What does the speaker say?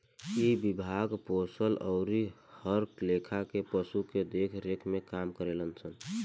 इ विभाग पोसल अउरी हर लेखा के पशु के देख रेख के काम करेलन सन